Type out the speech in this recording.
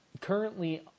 currently